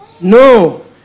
No